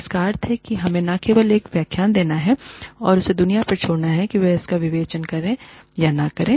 जिसका अर्थ है हमें न केवल एक व्याख्यान देना है और इसे दुनिया पर छोड़ना है कि वह इसका विवेचन करें या ना करें